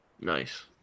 Nice